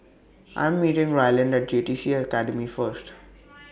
I Am meeting Ryland At J T C Academy First